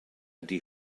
ydy